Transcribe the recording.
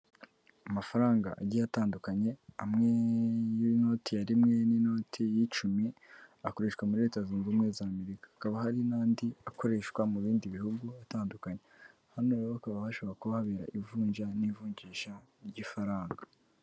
Amafaranga agiye atandukanye amwe y'inoti ya rimwe n'inoti y'icumi. akoreshwa muri leta zunze ubumwe z'Amerika hakaba hari n'andi akoreshwa mu bindi bihugu atandukanye, hano rero hakaba hashobora kuba habera ivunja n'ivunjisha ry'ifaranga.